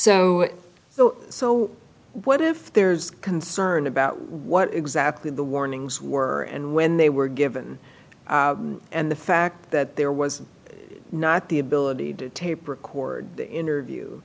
so so so what if there's concern about what exactly the warnings were and when they were given and the fact that there was not the ability to tape record the interview